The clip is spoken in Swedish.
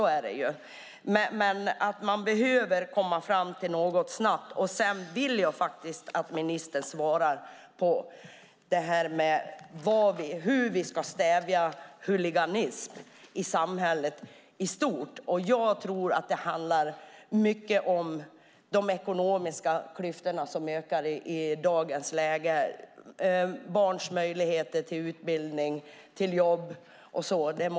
Man behöver komma fram till något snabbt. Sedan vill jag faktiskt att ministern svarar på detta med hur vi ska stävja huliganism i samhället i stort. Jag tror att det mycket handlar om de ekonomiska klyftorna, som ökar i dagens läge, barns möjligheter till utbildning, möjligheterna till jobb och så vidare.